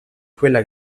quella